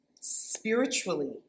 spiritually